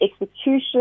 execution